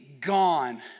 gone